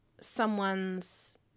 someone's